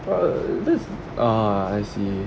ah this is ah I see